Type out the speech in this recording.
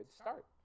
start